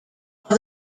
are